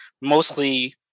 mostly